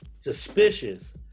suspicious